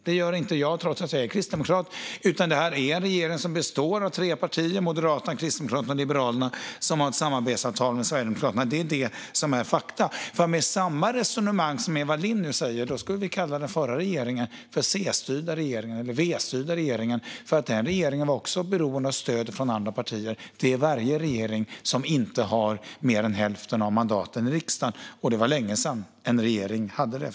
Det gör inte jag, trots att jag är kristdemokrat. Detta är en regering som består av tre partier - Moderaterna, Kristdemokraterna och Liberalerna - som har ett samarbetsavtal med Sverigedemokraterna. Det är detta som är fakta. Med samma resonemang som Eva Lindh för skulle vi kalla den förra regeringen C-styrd eller V-styrd, för den regeringen var också beroende av stöd från andra partier. Det är varje regering som inte har mer än hälften av mandaten i riksdagen, och det var länge sedan en regering hade det.